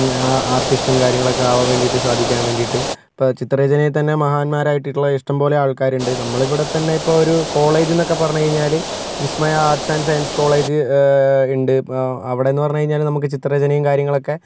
ആർട്ടിസ്റ്റും കാര്യങ്ങളൊക്കെ ആകാൻ വേണ്ടിയിട്ട് സാധിക്കാൻ വേണ്ടിയിട്ട് ഇപ്പോൾ ചിത്രരചനയിൽത്തന്നെ മഹാന്മാരായിട്ടുള്ള ഇഷ്ടം പോലെ ആൾക്കാരുണ്ട് നമ്മളിവിടെത്തന്നെ ഇപ്പോൾ ഒരു കോളേജ് എന്നൊക്കെ പറഞ്ഞുകഴിഞ്ഞാൽ Vismaya arts and science college ഉണ്ട് അവടെ നിന്നു പറഞ്ഞുകഴിഞ്ഞാൽ നമുക്ക് ചിത്രരചനയും കാര്യങ്ങളൊക്കെ